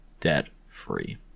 debt-free